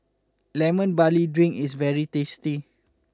Lemon Barley Drink is very tasty